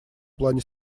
плане